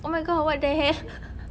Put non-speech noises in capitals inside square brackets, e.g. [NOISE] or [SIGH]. oh my god what the hell [LAUGHS]